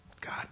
God